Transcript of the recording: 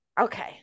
Okay